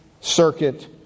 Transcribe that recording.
circuit